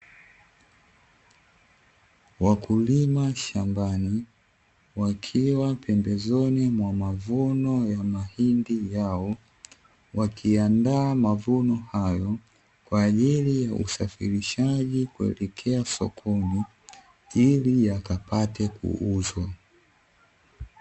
Wakulima shambani wakiwa pembezoni mwa mavuno ya mahindi yao, wakiyaandaa mavuno hayo kwa ajili ya usafirishaji kuelekea sokoni ili yakapate kuuzwa.